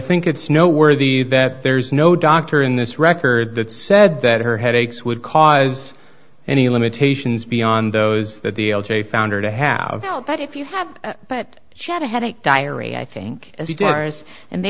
think it's no worthy that there's no doctor in this record that said that her headaches would cause any limitations beyond those that the ok founder to have that if you have but she had a headache diary i think as you